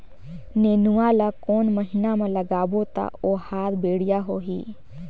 नेनुआ ला कोन महीना मा लगाबो ता ओहार बेडिया होही?